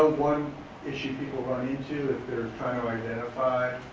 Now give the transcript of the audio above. one issue people run into if they're trying to identify